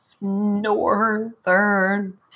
Northern